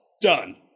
done